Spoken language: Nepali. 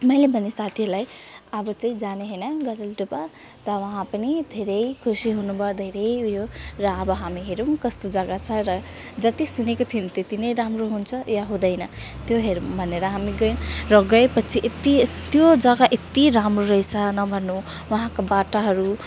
मैले भनेँ साथीलाई अब चाहिँ जाने होइन गजलडुब्बा त उहाँ पनि धेरै खुसी हुनुभयो धेरै उयो र अब हामी हेरौँ कस्तो जग्गा छ र जति सुनेको थियौँ त्यति नै राम्रो हुन्छ या हुँदैन त्यो हेरौँ भनेर हामी गएँ र गएपछि यति त्यो जग्गा यति राम्रो रहेछ नभन्नू वहाँका बाटाहरू